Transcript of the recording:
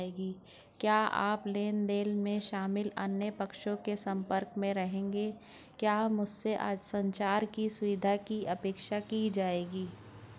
क्या आप लेन देन में शामिल अन्य पक्षों के संपर्क में रहेंगे या क्या मुझसे संचार की सुविधा की अपेक्षा की जाएगी?